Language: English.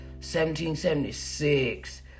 1776